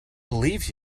believe